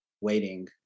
waiting